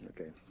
Okay